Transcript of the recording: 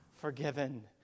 forgiven